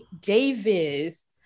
Davis